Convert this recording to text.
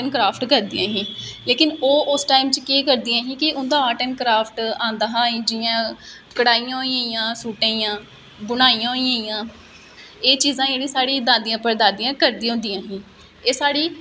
जेहड़ी स्हानू जोहड़ी स्हानू उत्थे चाहिदी होंदी अगर ओह् चीज साढ़े कोल नेई होवे पेसे साढ़े कोल नेई होवे फिर अश ओह् चीज है नी खरीदी सकदे ऐ सारें कोला एह् सारे कोला बड़ी साढ़ी जेहड़ी तंगी ऐ सारे आर्ट्रिस्टे गी में आक्खी सकनी आं